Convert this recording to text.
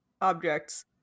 objects